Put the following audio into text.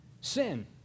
sin